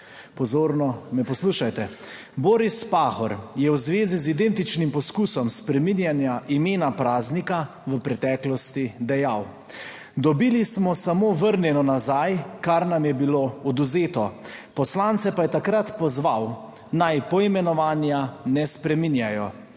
Pozorno me poslušajte. Boris Pahor je v zvezi z identičnim poskusom spreminjanja imena praznika v preteklosti dejal: "Dobili smo samo vrnjeno nazaj, kar nam je bilo odvzeto", poslance pa je takrat pozval, naj poimenovanja ne spreminjajo.